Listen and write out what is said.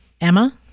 Emma